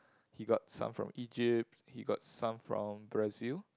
he got some from Egypt he got some from Brazil